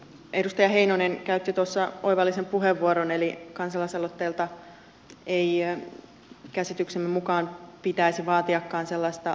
edustaja heinonen käytti tuossa oivallisen puheenvuoron eli kansalaisaloitteelta ei käsityksemme mukaan pitäisi vaatiakaan sellaista lakiteknistä osaamista